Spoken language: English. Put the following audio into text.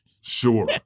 Sure